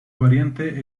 variante